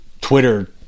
Twitter